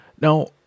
now